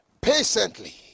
patiently